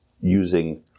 using